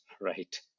right